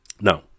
Now